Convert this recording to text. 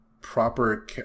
proper